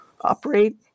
operate